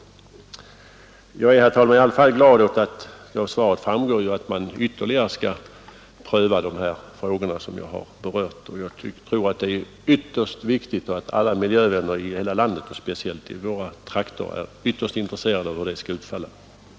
Herr talman! Jag är i alla fall glad över att det av svaret framgår att man ytterligare skall pröva de frågor som jag har berört. Jag tror att det är ytterst viktigt och att alla miljövänner i hela landet — och speciellt i de regioner som direkt berörs — är synnerligen intresserade av hur den prövningen kommer att utfalla.